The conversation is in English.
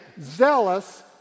zealous